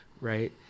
right